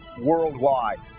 worldwide